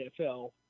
NFL